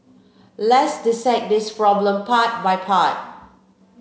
let's dissect this problem part by part